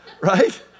Right